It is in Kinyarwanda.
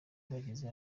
bagize